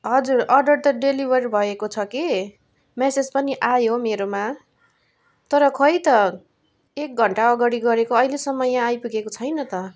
हजुर अर्डर त डेलिभर भएको छ कि मेसेज पनि आयो मेरोमा तर खै त एक घन्टा अगाडि गरेको अहिलेसम्म यहाँ आइपुगेको छैन त